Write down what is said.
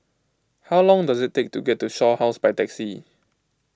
how long does it take to get to Shaw House by taxi